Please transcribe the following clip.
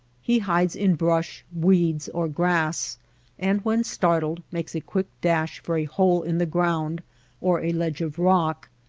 he hides in brush, weeds, or grass and when startled makes a quick dash for a hole in the ground or a ledge of rock.